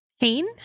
pain